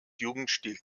jugendstil